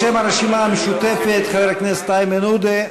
בשם הרשימה המשותפת, חבר הכנסת איימן עודה.